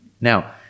Now